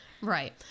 right